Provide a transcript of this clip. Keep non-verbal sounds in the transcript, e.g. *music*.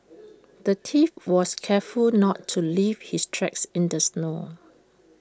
*noise* the thief was careful not to leave his tracks in the snow